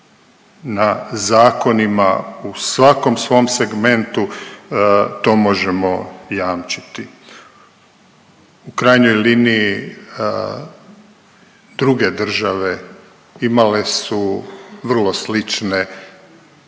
na zakonima u svakom svom segmentu to možemo jamčiti. U krajnjoj liniji, druge države imale su vrlo slične